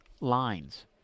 lines